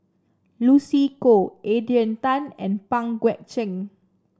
Lucy Koh Adrian Tan and Pang Guek Cheng